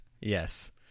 Yes